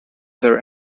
their